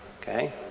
okay